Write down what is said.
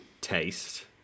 taste